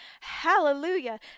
hallelujah